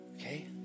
okay